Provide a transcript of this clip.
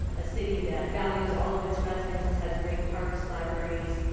a city that values all of its residents, has great parks, libraries,